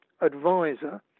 advisor